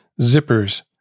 zippers